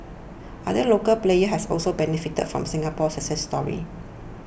other local players have also benefited from the Singapore success story